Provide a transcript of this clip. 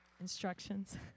instructions